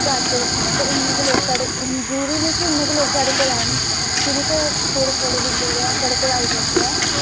start करी सकने आं ते उन्ने गै लोग साढ़े जरूरी निं कि उन्ने गै लोग साढ़े कोल आन शुरू तो थोह्ड़े थोह्ड़े बंदे जेह्ड़े ऐ थोआढ़े कोल आई सकदे ऐ